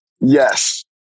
yes